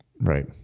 right